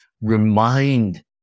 remind